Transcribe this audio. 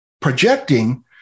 projecting